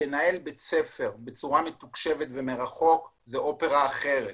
לנהל בית ספר בצורה מתוקשבת ומרחוק זו אופרה אחרת.